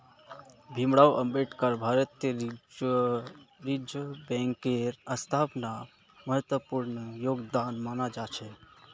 भीमराव अम्बेडकरेर भारतीय रिजर्ब बैंकेर स्थापनात महत्वपूर्ण योगदान माना जा छे